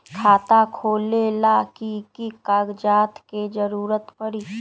खाता खोले ला कि कि कागजात के जरूरत परी?